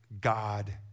God